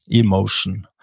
emotion.